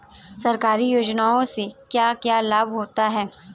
सरकारी योजनाओं से क्या क्या लाभ होता है?